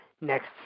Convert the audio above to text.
next